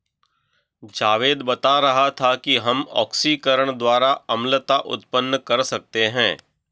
जावेद बता रहा था कि हम ऑक्सीकरण द्वारा अम्लता उत्पन्न कर सकते हैं